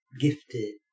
gifted